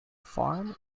farm